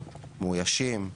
מאוישים,